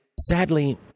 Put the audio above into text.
sadly